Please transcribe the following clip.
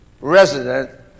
resident